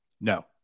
No